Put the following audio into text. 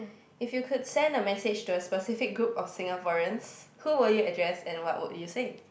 if you could send a message to a specific group of Singaporeans who would you address and what would you say